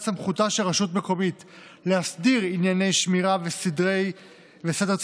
סמכותה של רשות מקומית להסדיר ענייני שמירה וסדר ציבורי